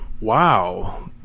wow